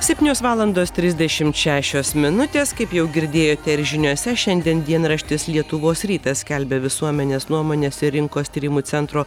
septynios valandos trisdešim šešios minutės kaip jau girdėjote ir žiniose šiandien dienraštis lietuvos rytas skelbia visuomenės nuomonės ir rinkos tyrimų centro